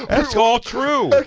it's all true.